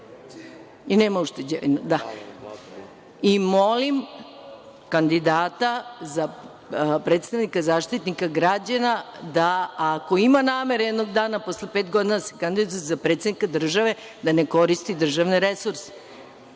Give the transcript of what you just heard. i nema ušteđevinu. Molim kandidata za predstavnika Zaštitnika građana da ako ima namere jednog dana posle pet godina da se kandiduje za predsednika države da ne koristi državne resurse,